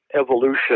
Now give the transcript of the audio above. evolution